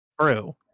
True